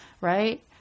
right